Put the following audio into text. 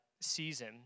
season